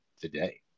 today